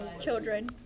children